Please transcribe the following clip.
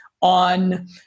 on